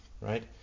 right